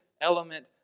element